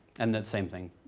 and the same thing,